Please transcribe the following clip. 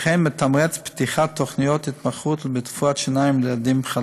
וכן מתמרץ פתיחת תוכניות התמחות חדשות ברפואת שיניים לילדים.